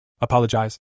Apologize